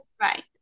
right